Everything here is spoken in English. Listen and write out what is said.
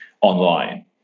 online